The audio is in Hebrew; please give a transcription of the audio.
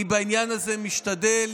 בעניין הזה אני משתדל